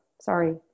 Sorry